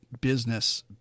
business